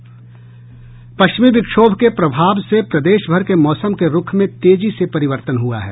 पश्चिमी विक्षोभ के प्रभाव से प्रदेशभर के मौसम के रूख में तेजी से परिवर्तन हुआ है